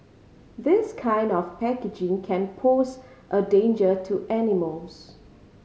this kind of packaging can pose a danger to animals